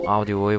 Audio